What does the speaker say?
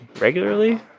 regularly